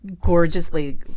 gorgeously